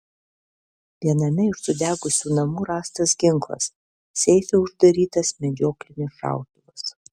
viename iš sudegusių namų rastas ginklas seife uždarytas medžioklinis šautuvas